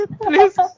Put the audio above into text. Please